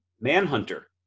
Manhunter